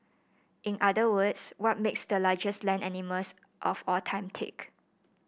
in other words what makes the largest land animals of all time tick